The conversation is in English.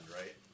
right